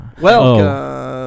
Welcome